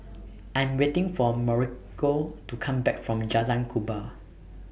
I Am waiting For Mauricio to Come Back from Jalan Kubor